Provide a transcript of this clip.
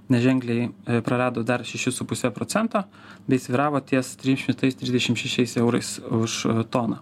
neženkliai prarado dar šešis su puse procento bei svyravo ties trim šimtais trisdešim šešiais eurais už toną